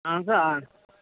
اَہَن سا آ